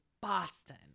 Boston